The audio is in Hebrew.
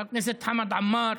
חבר הכנסת חמד עמאר,